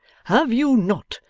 have you not,